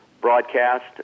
broadcast